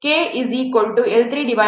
KL3 Ck3t4d